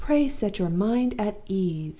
pray set your mind at ease!